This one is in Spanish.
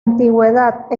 antigüedad